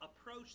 approach